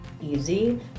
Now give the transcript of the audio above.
easy